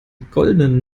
goldene